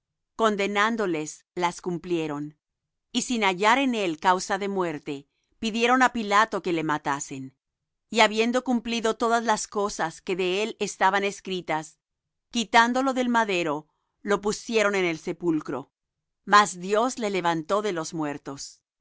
les las cumplieron y sin hallar en él causa de muerte pidieron á pilato que le matasen y habiendo cumplido todas las cosas que de él estaban escritas quitándolo del madero lo pusieron en el sepulcro mas dios le levantó de los muertos